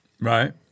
Right